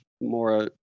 more